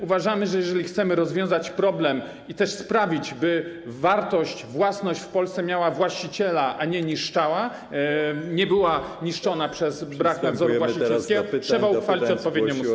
Uważamy, że jeżeli chcemy, rozwiązać problem i też sprawić, by własność w Polsce miała właściciela, a nie niszczała nie była niszczona przez brak nadzoru właścicielskiego, trzeba uchwalić odpowiednią ustawę.